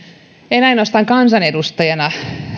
en ainoastaan kansanedustajana